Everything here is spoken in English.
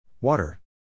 Water